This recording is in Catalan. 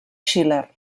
schiller